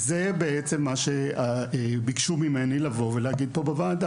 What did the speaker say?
זה בעצם מה שביקשו ממני לבוא ולהגיד פה בוועדה.